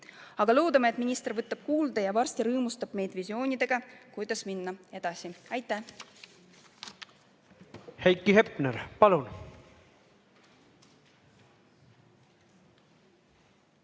Aga loodame, et minister võtab meid kuulda ja varsti rõõmustab meid visioonidega, kuidas minna edasi. Aitäh!